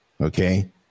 Okay